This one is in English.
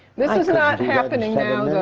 this is not happening now,